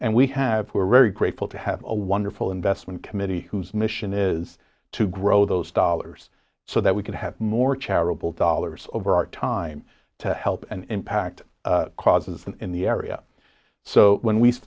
and we have who are very grateful to have a wonderful investment committee whose mission is to grow those dollars so that we can have more charitable dollars of our time to help and impact causes in the area so when we